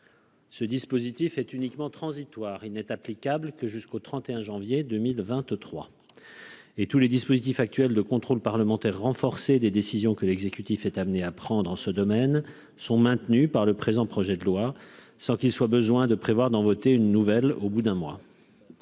Ce dispositif est uniquement transitoire, il n'est applicable que jusqu'au 31 janvier 2023 et tous les dispositifs actuels de contrôle parlementaire renforcé des décisions que l'exécutif est amené à prendre en ce domaine sont maintenus par le présent projet de loi sans qu'il soit besoin de prévoir dans voter une nouvelle au bout d'un mois.